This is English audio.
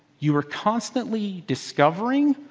you are constantly discovering,